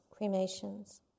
cremations